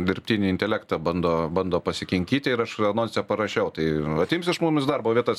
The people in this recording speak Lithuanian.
dirbtinį intelektą bando bando pasikinkyti ir aš anonse parašiau tai atims iš mumis darbo vietas